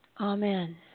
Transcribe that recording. Amen